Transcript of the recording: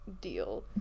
deal